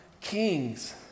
kings